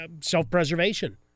self-preservation